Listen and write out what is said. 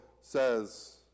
says